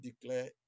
declare